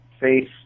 face